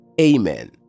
amen